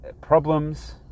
problems